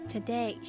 Today